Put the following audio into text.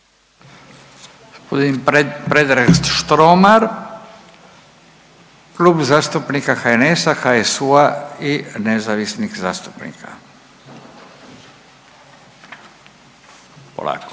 Gospodin Predrag Štromar, Klub zastupnika HNS-a, HSU-a i nezavisnih zastupnika. Polako,